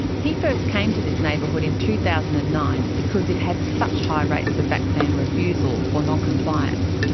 he first came to this neighbourhood in two thousand and nine because it had such high rates of vaccine refusal or non-compliance.